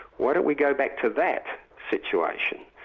why don't we go back to that situation,